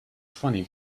funny